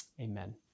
Amen